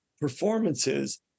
performances